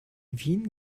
wien